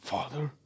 Father